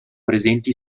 presenti